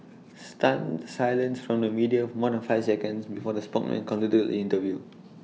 stunned silence from the media for more than five seconds before the spokesperson concluded interview